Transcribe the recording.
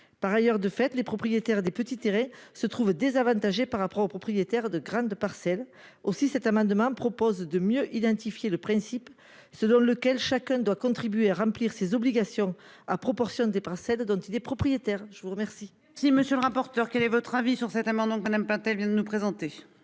Par ailleurs, de fait, les propriétaires des petits se trouvent désavantagés par rapport aux propriétaires de grandes parcelles aussi cet amendement propose de mieux identifier le principe selon lequel chacun doit contribuer à remplir ses obligations à proportion des pincettes dont il est propriétaire. Je vous remercie. Si monsieur le rapporteur. Quel est votre avis sur cet amendement madame Platel vient de nous présenter.